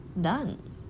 done